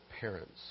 parents